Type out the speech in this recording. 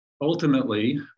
Ultimately